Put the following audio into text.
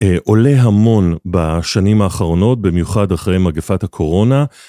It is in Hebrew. עולה המון בשנים האחרונות, במיוחד אחרי מגפת הקורונה.